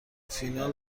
فینال